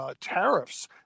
tariffs